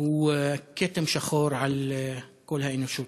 הוא כתם שחור על כל האנושות.